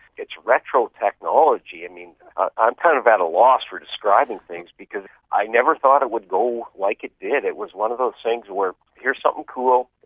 it's retro technology. and i'm kind of at a loss for describing things because i never thought it would go like it did. it was one of those things where here's something cool,